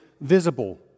visible